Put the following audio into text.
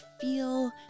feel